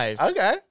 Okay